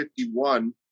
51